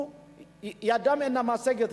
ידם אינה משגת.